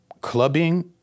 Clubbing